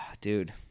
dude